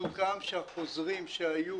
סוכם שהחוזרים שהיו